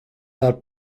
that